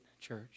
church